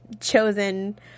chosen